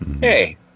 Hey